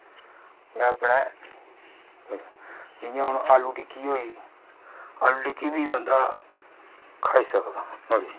ते अपने जि'यां हून आलू टिक्की होई आलू टिक्की बी बंदा खाई सकदा नुहाड़ी